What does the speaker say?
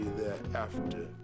thereafter